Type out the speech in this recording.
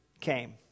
came